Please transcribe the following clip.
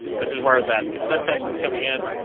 this is where that can send text is coming in.